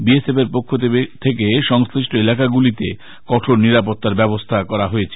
B S F এর পক্ষ থেকে সংলিষ্ট এলাকা গুলিতে কঠোর নিরাপত্তার ব্যবস্থা করা হয়েছে